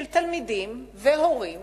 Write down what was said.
של תלמידים והורים